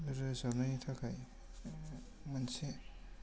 रोजाबनायनि थाखाय मोनसे